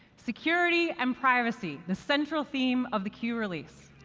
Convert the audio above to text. security, and privacy the central theme of the q release,